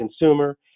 consumer